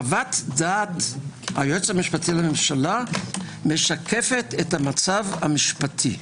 חוות דעת היועץ המשפטי לממשלה משקפת את המצב המשפטי.